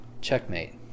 checkmate